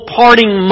parting